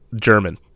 german